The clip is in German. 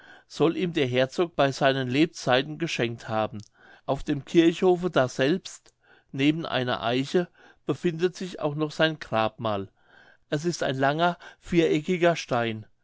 soll ihm der herzog bei seinen lebzeiten geschenkt haben auf dem kirchhofe daselbst neben einer eiche befindet sich auch noch sein grabmal es ist ein langer viereckiger stein